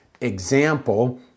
example